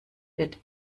wird